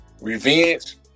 Revenge